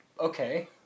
Okay